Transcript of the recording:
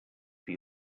for